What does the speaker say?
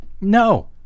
No